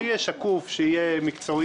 שיהיה שקוף, שיהיה מקצועי.